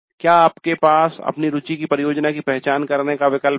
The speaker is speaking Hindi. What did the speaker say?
क्या आपके पास अपनी रुचि की परियोजना की पहचान करने का विकल्प था